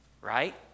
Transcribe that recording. right